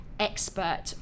expert